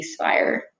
ceasefire